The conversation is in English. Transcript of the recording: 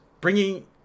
bringing